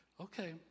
Okay